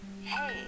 Hey